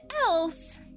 else